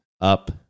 up